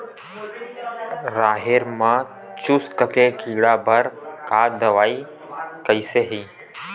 राहेर म चुस्क के कीड़ा बर का दवाई कइसे ही?